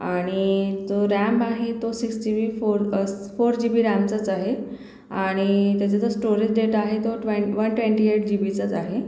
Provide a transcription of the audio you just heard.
आणि तो रॅम्ब आहे तो सिक्स जी बी फोर अस् फोर जी बी रॅमचाच आहे आणि त्याचा जो स्टोरेज डेटा आहे तो ट्वें वन ट्वेंटी एट जी बीचाच आहे